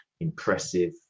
impressive